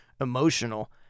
emotional